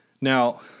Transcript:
Now